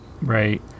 Right